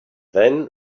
then